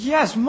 Yes